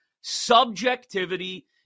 subjectivity